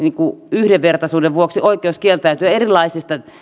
yhdenvertaisuuden vuoksi oikeus kieltäytyä erilaisista